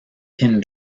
pin